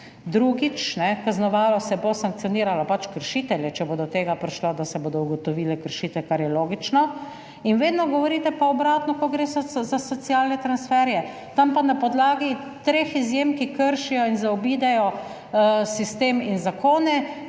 kajne, kaznovalo se bo, sankcioniralo pač kršitelje, če bo do tega prišlo, da se bodo ugotovile kršitve, kar je logično in vedno govorite pa obratno, ko gre za socialne transferje, tam pa na podlagi treh izjem, ki kršijo in zaobidejo sistem in zakone,